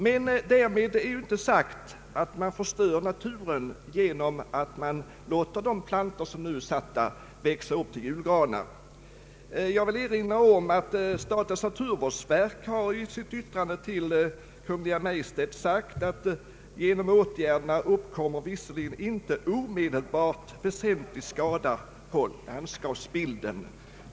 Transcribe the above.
Men därmed är inte sagt att man förstör naturen om man låter de granplantor som redan är utplanterade växa upp till julgranar. Jag vill erinra om att statens naturvårdsverk i sitt yttrande till Kungl. Maj:t framhållit att genom åtgärderna uppkommer inte omedelbart väsentlig skada på landskapsbilden.